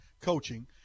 Coaching